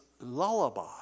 lullaby